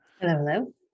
hello